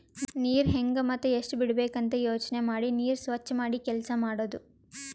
ನೀರ್ ಹೆಂಗ್ ಮತ್ತ್ ಎಷ್ಟ್ ಬಿಡಬೇಕ್ ಅಂತ ಯೋಚನೆ ಮಾಡಿ ನೀರ್ ಸ್ವಚ್ ಮಾಡಿ ಕೆಲಸ್ ಮಾಡದು